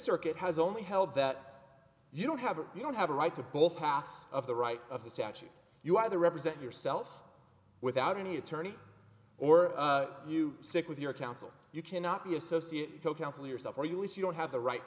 circuit has only held that you don't have or you don't have a right to both paths of the right of the statute you either represent yourself without any attorney or you stick with your counsel you cannot be associated co counsel yourself or you if you don't have the right